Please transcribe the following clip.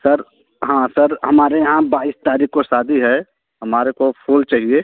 sir हाँ sir हमारे यहाँ बाईस तारीख को शादी है हमारे को फूल चाहिए